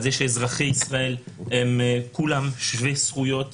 על זה שאזרחי ישראל הם כולם שווי זכויות